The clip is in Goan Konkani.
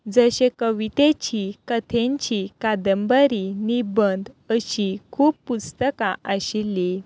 जशे कवितेचीं कथेंचीं कादंबरी निबंद अशीं खूब पुस्तकां आशिल्लीं